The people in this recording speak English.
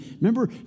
Remember